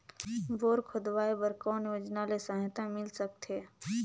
Bore खोदवाय बर कौन योजना ले सहायता मिल सकथे?